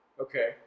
Okay